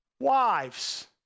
Wives